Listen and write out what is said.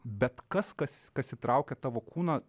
bet kas kas kas įtraukia tavo kūną